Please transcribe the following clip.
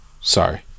Sorry